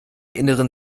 inneren